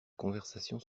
conversation